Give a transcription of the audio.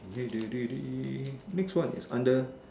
next one is under